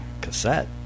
Cassette